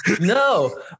No